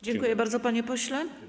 Dziękuję bardzo, panie pośle.